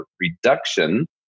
reduction